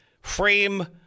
frame